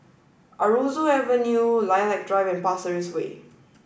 Aroozoo Avenue Lilac Drive and Pasir Ris Way